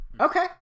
Okay